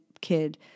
kid